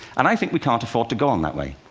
and i think we can't afford to go on that way.